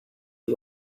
you